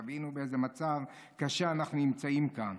תבינו באיזה מצב קשה אנחנו נמצאים כאן.